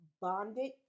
bonded